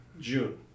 June